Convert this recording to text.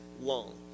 long